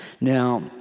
Now